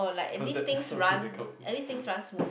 cause that